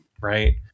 Right